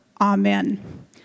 Amen